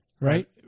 right